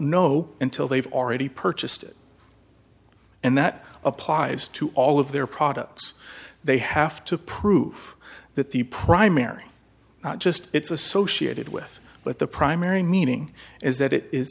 know until they've already purchased it and that applies to all of their products they have to prove that the primary not just it's associated with but the primary meaning is that it is